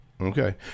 Okay